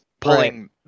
pulling